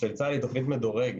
של צה"ל היא תוכנית מדורגת,